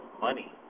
money